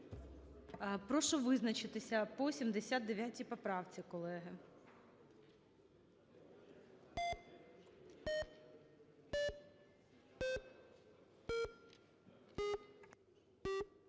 прошу визначитися по 82 поправці, колеги.